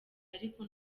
ariko